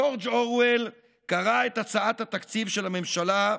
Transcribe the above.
ג'ורג' אורוול קרא את הצעת התקציב של הממשלה,